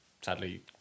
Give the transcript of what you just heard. sadly